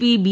P B